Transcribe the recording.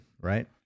right